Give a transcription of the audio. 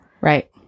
Right